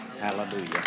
Hallelujah